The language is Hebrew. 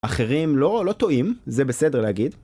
אחרים לא טועים, זה בסדר להגיד.